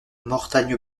mortagne